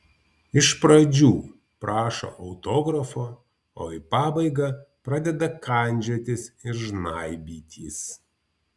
iš pradžių prašo autografo o į pabaigą pradeda kandžiotis ir žnaibytis